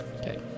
okay